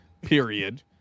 period